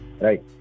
right